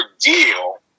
deal